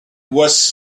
was